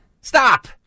Stop